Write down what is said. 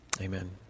Amen